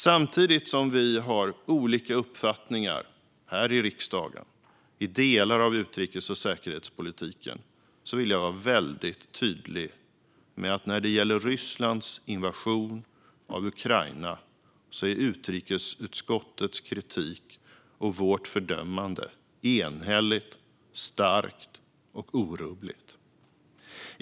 Samtidigt som vi har olika uppfattningar här i riksdagen i delar av utrikes och säkerhetspolitiken vill jag vara väldigt tydlig med att utrikesutskottets kritik och vårt fördömande när det gäller Rysslands invasion av Ukraina är enhälligt, starkt och orubbligt.